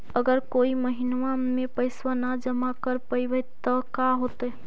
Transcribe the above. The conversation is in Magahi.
अगर कोई महिना मे पैसबा न जमा कर पईबै त का होतै?